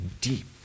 deep